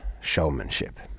showmanship